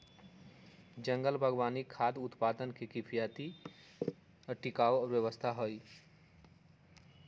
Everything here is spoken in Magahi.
जंगल बागवानी खाद्य उत्पादन के किफायती और टिकाऊ व्यवस्था हई